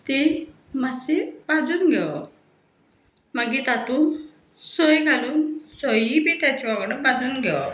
तीं मात्शीं भाजून घेवप मागीर तातूं सोय घालून सोयीय बी ताचे वांगडा भाजून घेवप